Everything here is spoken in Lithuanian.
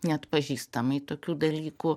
neatpažįstamai tokių dalykų